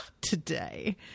today